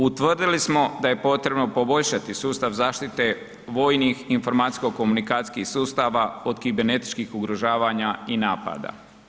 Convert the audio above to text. Utvrdili smo da je potrebno poboljšati sustav zaštite vojnih informacijsko komunikacijskih sustava od kibernetičkih ugrožavanja i napada.